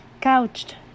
couched